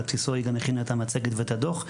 בסיסו היא גם הכינה את המצגת ואת הדוח,